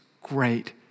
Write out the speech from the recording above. great